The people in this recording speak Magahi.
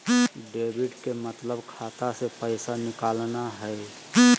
डेबिट के मतलब खाता से पैसा निकलना हय